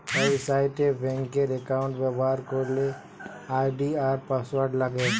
website এ ব্যাংকার account ব্যবহার করলে আই.ডি আর পাসওয়ার্ড লাগে